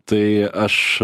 tai aš